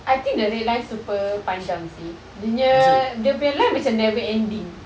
I think the red line super panjang seh dia punya dia punya line macam never ending